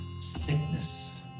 Sickness